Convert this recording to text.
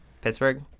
Pittsburgh